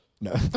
No